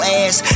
ass